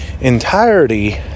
entirety